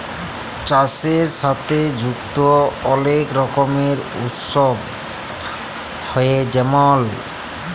চাষের সাথে যুক্ত অলেক রকমের উৎসব হ্যয়ে যেমল